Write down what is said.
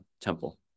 temple